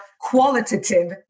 qualitative